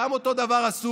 אותו דבר עשו